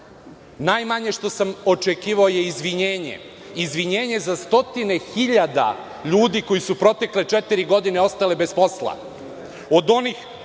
Najmanje što sam očekivao je izvinjenje. Izvinjenje za stotine hiljada ljudi koji su protekle četiri godine ostali bez posla.